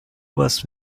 was